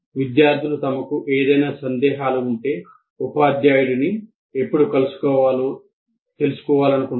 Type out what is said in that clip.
విద్యార్థులు తమకు ఏమైనా సందేహాలు ఉంటే ఉపాధ్యాయుడిని ఎప్పుడు కలుసుకోవాలో తెలుసుకోవాలనుకుంటారు